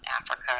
Africa